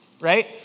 right